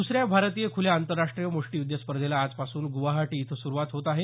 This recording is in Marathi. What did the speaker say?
दुसऱ्या भारतीय खुल्या आंतरराष्ट्रीय मुष्टीयुध्द स्पर्धेला आजपासून गुवाहाटी इथं सुरुवात होत आहे